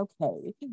okay